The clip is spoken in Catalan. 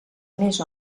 més